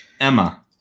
Emma